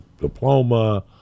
diploma